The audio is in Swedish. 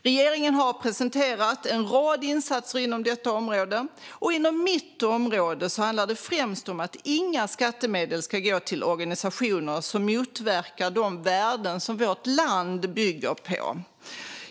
Regeringen har presenterat en rad insatser inom detta område, och inom mitt område handlar det främst om att inga skattemedel ska gå till organisationer som motverkar de värden som vårt land bygger på.